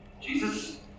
Jesus